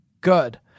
Good